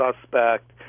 suspect